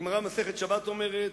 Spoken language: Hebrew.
הגמרא, מסכת שבת, אומרת: